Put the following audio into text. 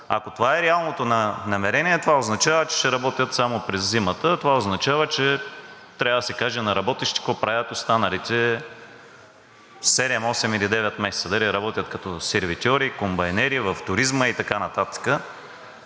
Ако това е реалното намерение, това означава, че ще работят само през зимата. Това означава, че трябва да се каже на работещите какво правят в останалите седем-осем или девет месеца – дали работят като сервитьори, комбайнери, в туризма и така нататък,